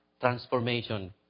Transformation